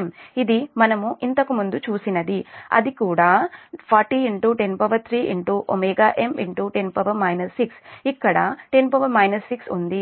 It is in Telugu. m ఇది మనము ఇంతకు ముందు చూసినది కూడా అది 40 103 m 10 6 ఇక్కడ 10 6ఉంది